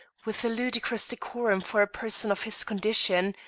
with a ludicrous decorum for a person of his condition,